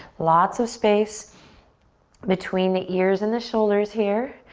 lots of space between the ears and the shoulders here.